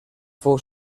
fou